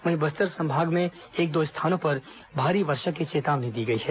वहीं बस्तर संभाग में एक दो स्थानों पर भारी वर्षा की चेतावनी दी गई है